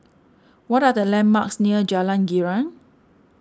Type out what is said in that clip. what are the landmarks near Jalan Girang